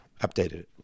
updated